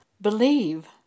believe